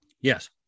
Yes